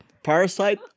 Parasite